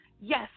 Yes